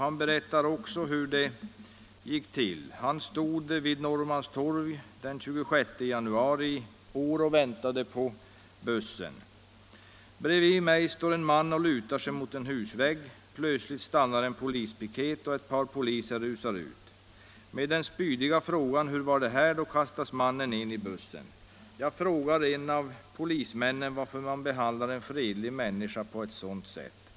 Han berättar att han den 26 januari i år stod vid Norrmalmstorg i Stockholm och väntade på en buss. Så berättar han: ”Bredvid mig står en man och lutar sig mot en husvägg. Plötsligt stannar en polispiket och ett par poliser rusar ut. Med den spydiga frågan ”hur var det här då” kastas mannen in i bussen. Jag frågar en av polismännen varför man behandlar en fredlig människa på ett sådant sätt.